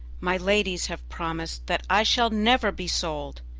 my ladies have promised that i shall never be sold,